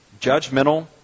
judgmental